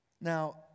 Now